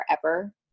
forever